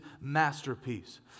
masterpiece